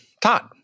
Todd